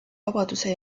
vabaduse